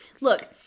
Look